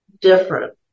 different